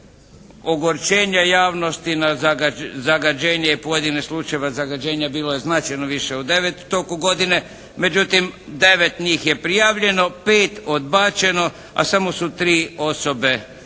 ostalima. Ogorčenje javnosti na zagađenje i pojedine slučajeve zagađenja bilo je značajno više od devet u toku godine. Međutim, 9 njih je prijavljeno, 5 odbačeno, a samo su tri osobe